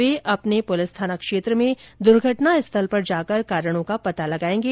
वे अपने पुलिस थाना क्षेत्र में दुर्घटना स्थल पर जाकर कारणों का पता लगाएंगे